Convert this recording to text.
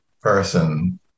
person